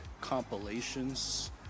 compilations